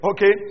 Okay